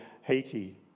Haiti